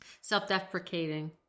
self-deprecating